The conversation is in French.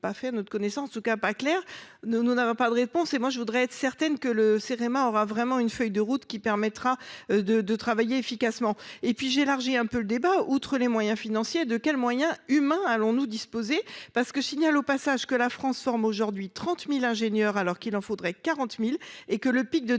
à notre connaissance, ou en tout cas ne sont pas clairs : nous n'avons pas de réponses. Je voudrais être certaine que le Cerema aura vraiment une feuille de route qui permettra de travailler efficacement. Pour élargir un peu le débat, outre les moyens financiers, de quels moyens humains disposerons-nous ? En effet, je signale au passage que la France forme à l'heure actuelle 30 000 ingénieurs alors qu'il en faudrait 40 000 et que le pic de